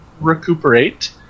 recuperate